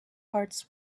hearts